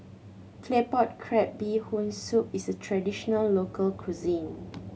Claypot Crab Bee Hoon Soup is a traditional local cuisine